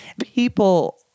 People